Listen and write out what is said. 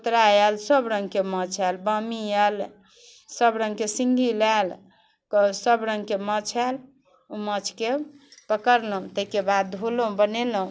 कोतरा आएल सबरङ्गके माछ आएल वामी आएल सबरङ्गके सिङ्गही लैल कऽ सबरङ्गके माछ आएल ओहि माछके पकड़लहुँ ताहिके बाद धोलहुँ बनेलहुँ